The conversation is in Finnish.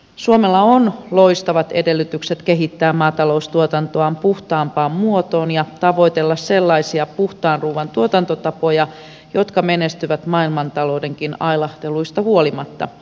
suomella on loistavat edellytykset kehittää maataloustuotantoaan puhtaampaan muotoon ja tavoitella sellaisia puhtaan ruuan tuotantotapoja jotka menestyvät maailmantaloudenkin ailahteluista huolimatta